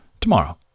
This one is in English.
tomorrow